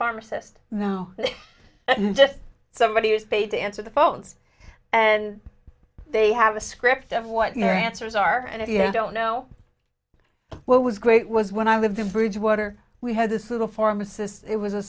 pharmacist now just somebody who's paid to answer the phones and they have a script of what your answers are and if you don't know what was great was when i was in bridgewater we had this little pharmacists it was a